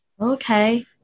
Okay